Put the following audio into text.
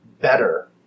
better